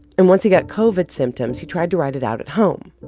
and once he got covid symptoms, he tried to ride it out at home.